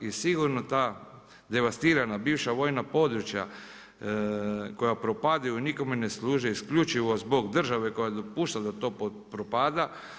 I sigurno ta devastirana bivša vojna područja koja propadaju nikome ne služe isključivo zbog države koja dopušta da to propada.